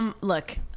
Look